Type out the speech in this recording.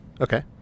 Okay